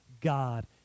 God